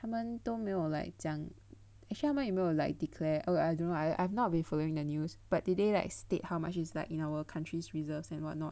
他们都没有 like 讲 actually 他们有没有 like declare or I don't know I I've not been following the news but did they like state how much is like in our country's reserves and what not